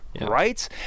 Right